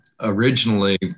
originally